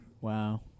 Wow